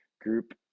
group